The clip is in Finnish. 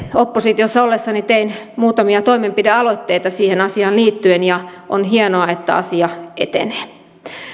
oppositiossa ollessani tein muutamia toimenpidealoitteita siihen asiaan liittyen ja on hienoa että asia etenee